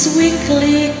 weekly